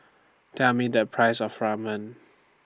Tell Me The Price of Ramen